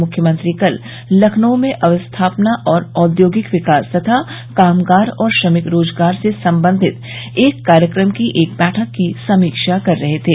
मृख्यमंत्री कल लखनऊ में अवस्थापना और औद्योगिक विकास तथा कामगार और श्रमिक रोजगार से संबंधित एक कार्यक्रम की एक बैठक की समीक्षा कर रहे थे